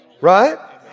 Right